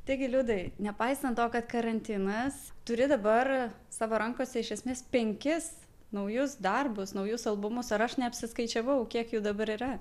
taigi liudai nepaisant to kad karantinas turi dabar savo rankose iš esmės penkis naujus darbus naujus albumus ar aš neapsiskaičiavau kiek jų dabar yra